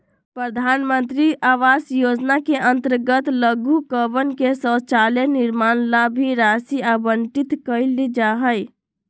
प्रधान मंत्री आवास योजना के अंतर्गत लाभुकवन के शौचालय निर्माण ला भी राशि आवंटित कइल जाहई